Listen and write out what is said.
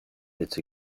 its